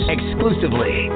Exclusively